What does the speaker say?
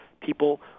people